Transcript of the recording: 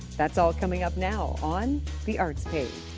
that's all coming up now on the arts page.